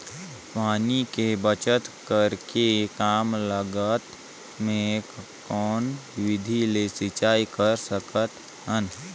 पानी के बचत करेके कम लागत मे कौन विधि ले सिंचाई कर सकत हन?